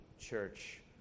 church